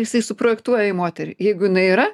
jisai suprojektuoja į moterį jeigu jinai yra